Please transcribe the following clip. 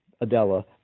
Adela